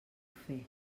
fer